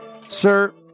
sir